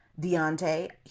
Deontay